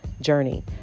journey